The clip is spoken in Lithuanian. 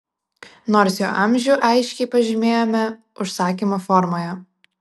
nors jo amžių aiškiai pažymėjome užsakymo formoje